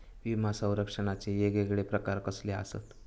विमा सौरक्षणाचे येगयेगळे प्रकार कसले आसत?